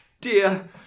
Dear